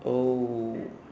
oh